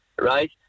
right